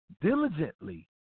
diligently